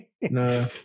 No